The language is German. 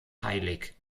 heilig